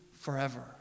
forever